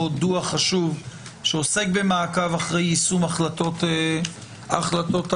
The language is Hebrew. דוח חשוב שעוסק במעקב אחרי יישום החלטות הממשלה,